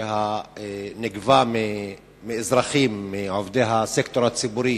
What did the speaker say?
שנגבה מאזרחים, מעובדי הסקטור הציבורי,